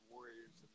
Warriors